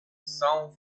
sound